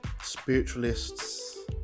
spiritualists